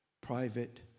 private